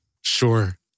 Sure